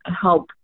help